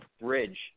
bridge